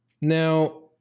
Now